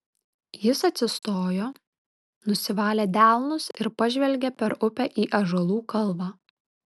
jis atsistojo nusivalė delnus ir pažvelgė per upę į ąžuolų kalvą